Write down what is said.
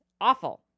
Awful